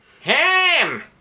Ham